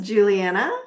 Juliana